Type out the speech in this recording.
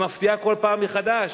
היא מפתיעה כל פעם מחדש.